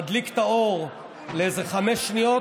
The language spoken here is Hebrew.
מדליק את האור לאיזה חמש שניות,